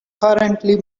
apparently